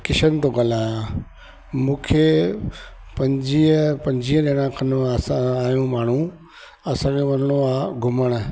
किशन थो ॻाल्हायां मूंखे पंजवीह पंजवीह ॼणा खन असां आहियूं माण्हू असांजो वञिणो आहे घुमण